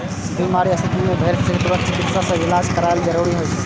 बीमारी के स्थिति मे भेड़ कें तुरंत चिकित्सक सं इलाज करायब जरूरी होइ छै